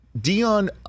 Dion